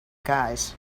guys